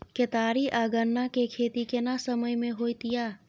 केतारी आ गन्ना के खेती केना समय में होयत या?